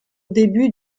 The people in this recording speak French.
début